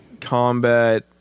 Combat